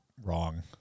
wrong